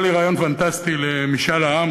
בא לי רעיון פנטסטי למשאל העם,